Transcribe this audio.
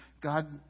God